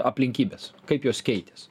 aplinkybes kaip jos keitės